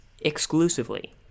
exclusively